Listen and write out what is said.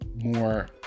more